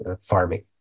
farming